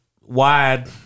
wide